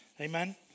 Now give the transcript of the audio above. Amen